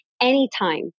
anytime